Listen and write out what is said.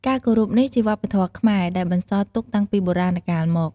ការគោរពនេះជាវប្បធម៌៌ខ្មែរ ដែលបន្សល់ទុកតាំងពីបុរាណកាលមក។